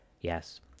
Yes